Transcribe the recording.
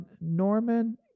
Norman